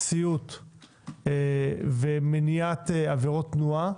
ציות ומניעת עבירות תנועה,